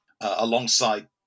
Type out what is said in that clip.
alongside